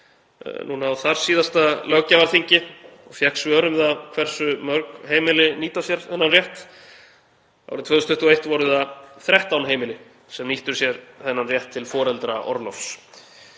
þetta á þarsíðasta löggjafarþingi og fékk svör um það hversu mörg heimili nýta sér þennan rétt. Árið 2021 voru það 13 heimili sem nýttu sér þennan rétt til foreldraorlofs.